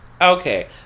Okay